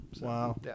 wow